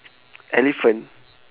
elephant